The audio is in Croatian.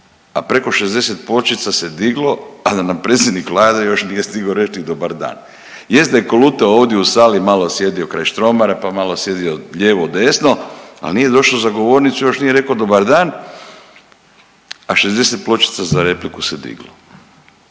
A preko 60 pločica se diglo a da nam predsjednik Vlade još nije stigao reći ni dobar dan. Jest da je kolutao ovdje u sali malo sjedio kraj Štromara, pa malo sjedio lijevo, desno ali nije došao za govornicu još nije rekao dobar dan a 60 pločica za repliku se diglo.